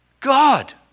God